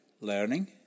Learning